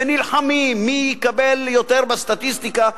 ונלחמים מי יקבל יותר בסטטיסטיקה,